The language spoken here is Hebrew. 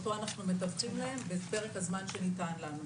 אותו אנחנו מתווכים להם בפרק הזמן שניתן לנו.